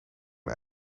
een